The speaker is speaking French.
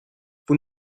vous